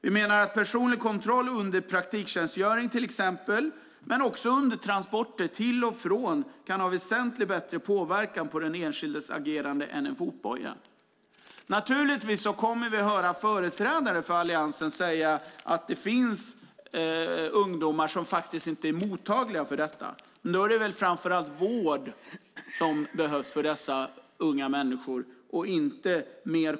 Vi menar att personlig kontroll under praktiktjänstgöringen exempelvis men också under transporter till och från kan ha en väsentligt bättre påverkan på den enskildes agerande än en fotboja. Naturligtvis kommer vi att få höra företrädare för Alliansen säga att det finns ungdomar som inte är mottagliga för detta. Men då är det väl framför allt vård, inte mer kontroll, som behövs för dessa unga människor.